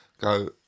go